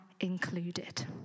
included